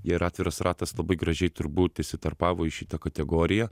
jie ir atviras ratas labai gražiai turbūt įsitarpavo į šitą kategoriją